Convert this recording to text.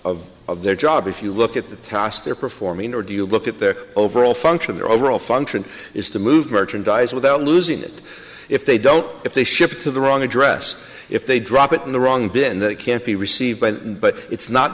of of their job if you look at the task they're performing or do you look at their overall function their overall function is to move merchandise without losing it if they don't if they ship to the wrong address if they drop it in the wrong been that can't be received by the but it's not